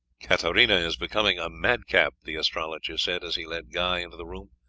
katarina is becoming a madcap, the astrologer said, as he led guy into the room.